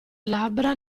labbra